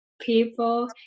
people